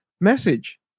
message